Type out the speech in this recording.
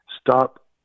stop